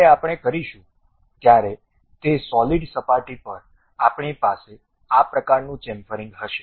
જ્યારે આપણે કરીશું ત્યારે તે સોલિડ સપાટી પર આપણી પાસે આ પ્રકારનું ચેમ્ફરીંગ હશે